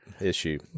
issue